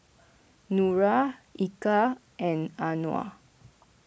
Nura Eka and Anuar